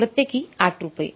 प्रत्येकी 8 रुपये